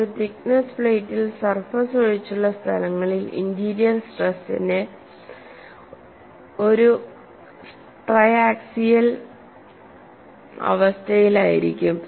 ഒരു തിക്നെസ്സ് പ്ലേറ്റിൽസർഫസ് ഒഴിച്ചുള്ള സ്ഥലങ്ങളിൽ ഇന്റീരിയർ സ്ട്രെസ് ഒരു ട്രയാക്സിയൽ അവസ്ഥയിലായിരിക്കും